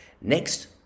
Next